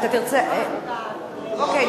אוקיי,